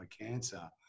cancer